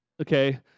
okay